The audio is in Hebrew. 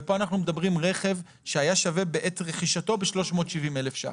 ופה אנחנו מדברים על רכב שהיה שווה בעת רכישתו 370,000 ₪.